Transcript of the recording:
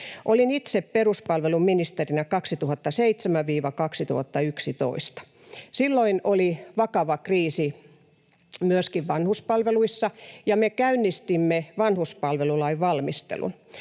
Olin itse peruspalveluministerinä 2007—2011. Silloin oli myöskin vakava kriisi vanhuspalveluissa, ja me käynnistimme vanhuspalvelulain valmistelun.